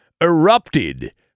erupted